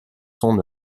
son